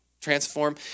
transform